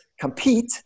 Compete